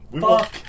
Fuck